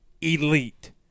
elite